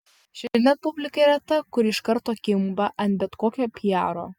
šiandien publika yra ta kuri iš karto kimba ant bet kokio piaro